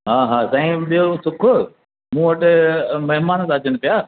हा हा साईं ॿियों सुख मूं वटि महिमान त अचनि पिया